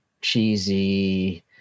cheesy